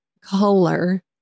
color